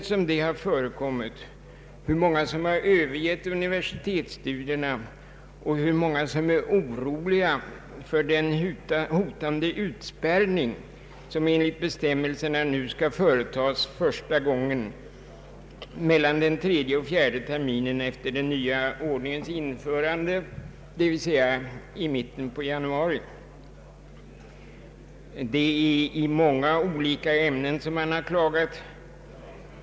Dessa uppgifter har också visat hur många studenter som övergivit universitetsstudierna och hur många som är oroliga för den utspärrning mellan den tredje och fjärde terminen som nu enligt bestämmelserna för första gången skall företas efter den nya ordningens införande, dvs. i mitten av januari 1971. Det är i fråga om många olika ämnen som man har klagat.